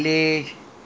stayed home